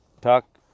Talk